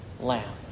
lamb